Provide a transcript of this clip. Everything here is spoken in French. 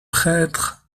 prêtre